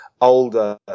older